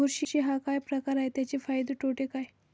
बुरशी हा काय प्रकार आहे, त्याचे फायदे तोटे काय?